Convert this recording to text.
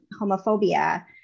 homophobia